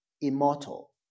immortal